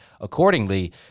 accordingly